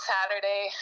Saturday